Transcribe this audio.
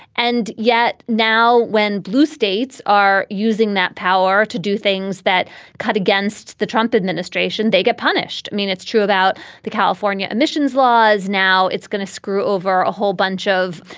and yet now when blue states are using that power to do things that cut against the trump administration, they get punished. i mean, it's true about the california emissions laws now it's going to screw over a whole bunch of,